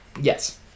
Yes